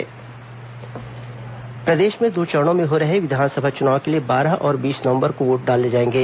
मतदान अवकाश प्रदेश में दो चरणों में हो रहे विधानसभा चुनाव के लिए बारह और बीस नवंबर को वोट डाले जाएंगे